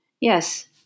Yes